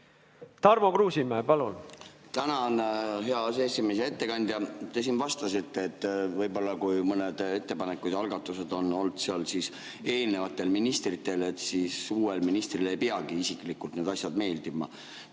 Tarmo Kruusimäe, palun!